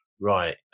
Right